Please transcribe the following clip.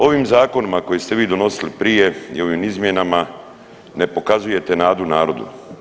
Ovim zakonima koje ste vi donosili prije i ovim izmjenama ne pokazujete nadu narodu.